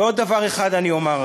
ועוד דבר אחד אני אומר,